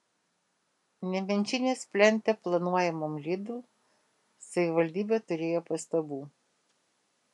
nemenčinės plente planuojamam lidl savivaldybė turėjo pastabų